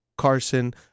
Carson